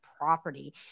property